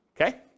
okay